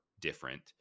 different